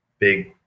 big